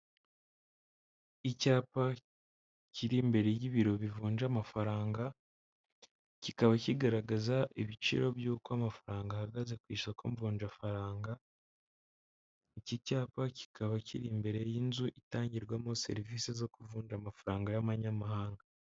Icyapa kiri imbere y'ibiro bivunja amafaranga, kikaba kigaragaza ibiciro by'uko amafaranga ahagaze ku isoko mvunjafaranga, iki cyapa kikaba kiri imbere y'inzu itangirwamo serivisi zo kuvuja amafaranga y'amanyamahanga.